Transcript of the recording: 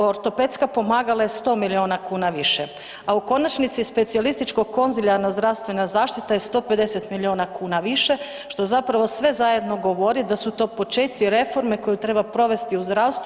Ortopedska pomagala je 100 milijuna kuna više, a u konačnici specijalističko konzilijarna zdravstvena zaštita je 150 milijuna kuna više, što zapravo sve zajedno govori da su to počeci reforme koju treba provesti u zdravstvu.